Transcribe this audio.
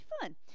fun